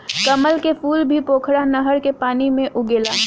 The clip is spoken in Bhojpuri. कमल के फूल भी पोखरा नहर के पानी में उगेला